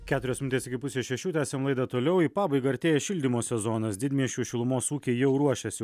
keturios minutės iki pusės šešių tęsiam laidą toliau į pabaigą artėja šildymo sezonas didmiesčių šilumos ūkiai jau ruošiasi